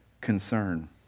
concern